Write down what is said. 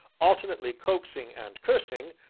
alternately coaxing and cursing,